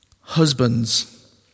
Husbands